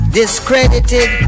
discredited